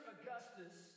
Augustus